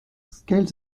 scaled